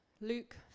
Luke